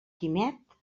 quimet